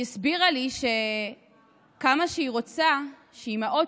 היא הסבירה לי שכמה שהיא רוצה שאימהות